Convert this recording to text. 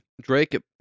Drake